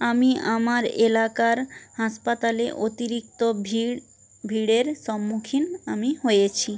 আমি আমার এলাকার হাসপাতালে অতিরিক্ত ভিড় ভিড়ের সম্মুখীন আমি হয়েছি